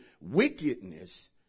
wickedness